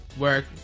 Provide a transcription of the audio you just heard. work